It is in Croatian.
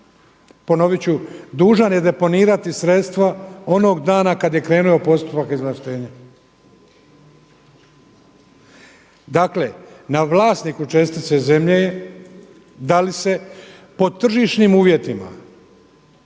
ponovit ću dužan je deponirati sredstva onog dana kada je krenuo postupak izvlaštenja. Dakle, na vlasniku čestice zemlje je da li se po tržišnim uvjetima